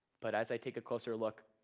but as i take a closer look,